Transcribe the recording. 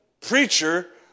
preacher